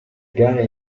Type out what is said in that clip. gare